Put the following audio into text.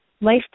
life